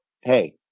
hey